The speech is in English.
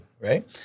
right